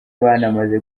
banamaze